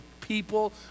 people